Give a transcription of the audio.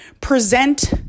present